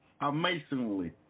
amazingly